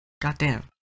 goddamn